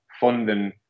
funding